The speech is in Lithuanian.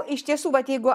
iš tiesų vat jeigu